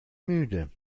müde